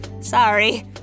Sorry